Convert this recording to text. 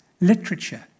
literature